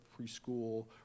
preschool